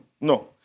No